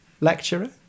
lecturer